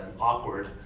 awkward